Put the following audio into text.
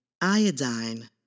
iodine